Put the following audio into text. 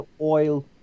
oil